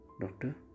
Doctor